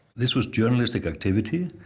this was journalistic activity.